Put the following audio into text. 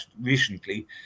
recently